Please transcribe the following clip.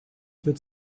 wird